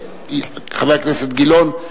חבר הכנסת גילאון,